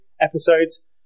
episodes